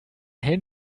hellen